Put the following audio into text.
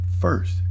first